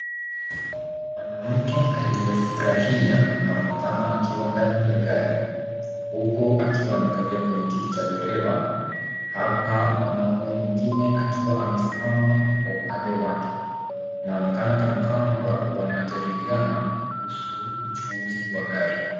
Mwanamke aliyefurahia anaonekana akiwa ndani ya gari huku akiwa amekalia kwenye kiti cha dereva. Hapa mwanaume mwingine akiwa amesimama kwa upande wake. Inaonekana kana kwamba wanajadiliana kuhusu uchuuzi wa gari.